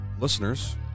listeners